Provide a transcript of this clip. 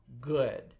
good